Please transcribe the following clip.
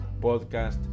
podcast